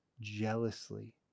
Jealously